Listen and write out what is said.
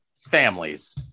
families